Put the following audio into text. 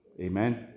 Amen